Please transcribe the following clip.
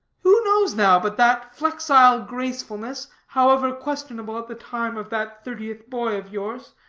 who knows now, but that flexile gracefulness, however questionable at the time of that thirtieth boy of yours,